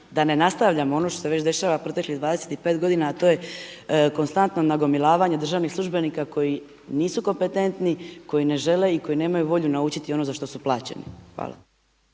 da ne nastavljamo ono što se već dešava proteklih 25 godina, a to je konstantno nagomilavanje državnih službenika koji nisu kompetentni, koji ne žele i koji nemaju volju naučiti za što su plaćeni. Hvala.